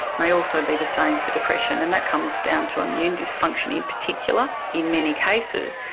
may also be the same for depression. and that comes down to immune dysfunction in particular in many cases,